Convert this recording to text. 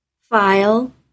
File